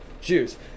Jews